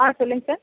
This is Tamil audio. ஆ சொல்லுங்க சார்